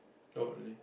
oh really